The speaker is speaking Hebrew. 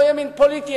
לא ימין פוליטי,